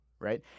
Right